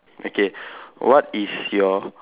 okay what is your